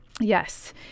Yes